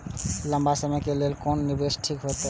लंबा समय के लेल कोन निवेश ठीक होते?